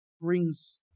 brings